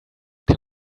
can